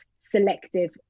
selective